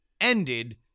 ended